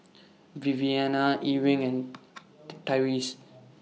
Viviana Ewing and Tyrese